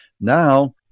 now